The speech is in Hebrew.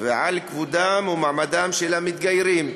ועל כבודם ומעמדם של המתגיירים.